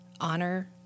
honor